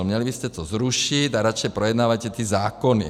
Měli byste to zrušit a radši projednávejte ty zákony.